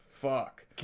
fuck